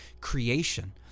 creation